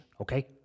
okay